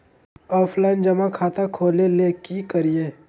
Offline जमा खाता खोले ले की करिए?